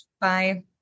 Bye